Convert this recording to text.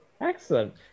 Excellent